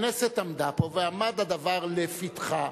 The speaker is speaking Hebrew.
הכנסת עמדה פה, ועמד הדבר לפתחה